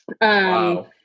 Wow